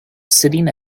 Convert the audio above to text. sitting